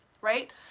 right